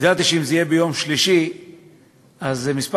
ידעתי שאם זה יהיה ביום שלישי אז מספר